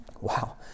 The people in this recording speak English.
wow